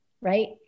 right